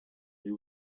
who